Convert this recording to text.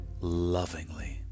lovingly